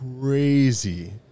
crazy